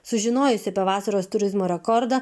sužinojus apie vasaros turizmo rekordą